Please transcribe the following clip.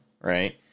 right